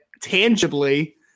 tangibly